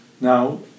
Now